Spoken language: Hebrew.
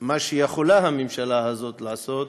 שמה שיכולה הממשלה הזאת לעשות,